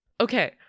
Okay